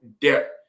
depth